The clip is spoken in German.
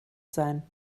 sein